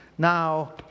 Now